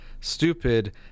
stupid